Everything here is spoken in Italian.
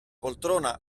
poltrona